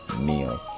meal